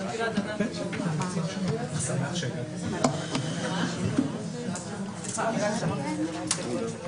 הישיבה ננעלה בשעה 16:00.